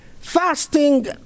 fasting